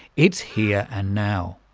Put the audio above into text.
it's here and now.